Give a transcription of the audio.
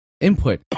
input